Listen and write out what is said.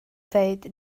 ddweud